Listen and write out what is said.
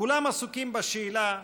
כולם עסוקים בשאלה: